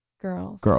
Girls